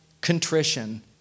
contrition